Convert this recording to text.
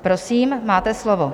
Prosím, máte slovo.